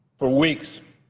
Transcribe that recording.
for weeks,